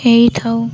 ହେଇଥାଉ